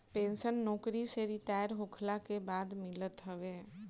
pension नोकरी से retire होखला के बाद मिलत हवे